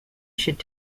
should